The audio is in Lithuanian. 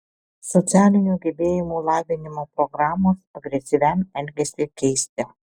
socialinių gebėjimų lavinimo programos agresyviam elgesiui keisti